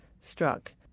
struck